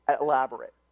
elaborate